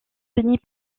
finit